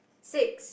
six